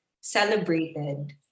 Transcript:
celebrated